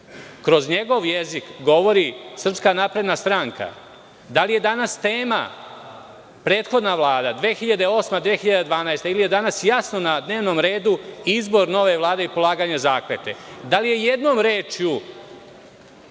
kroz njegov jezik govori SNS? Da li je danas tema prethodna Vlada 2008, 2012, ili je danas jasno na dnevnom redu izbor nove Vlade i polaganje zakletve? Da li je jednom rečju